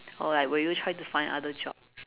or like will you try to find other job